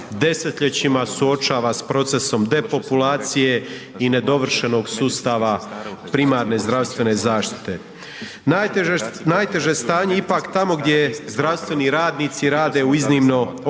desetljećima suočava s procesom depopulacije i nedovršenog sustava primarne zdravstvene zaštite. Najteže stanje je ipak tamo gdje zdravstveni radnici rade u iznimno otežanim